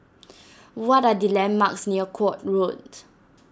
what are the landmarks near Court Road